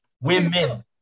Women